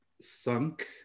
sunk